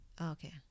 Okay